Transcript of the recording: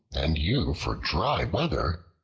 and you for dry weather,